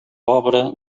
pobre